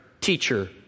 teacher